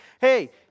hey